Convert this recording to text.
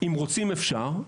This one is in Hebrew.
רוצים אפשר,